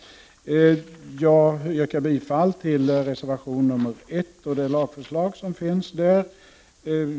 Jag yrkar bifall till reservation 1 och det lagförslag som finns där.